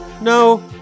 No